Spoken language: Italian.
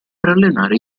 allenare